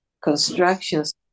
Constructions